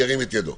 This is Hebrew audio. ירים את ידו.